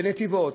בנתיבות,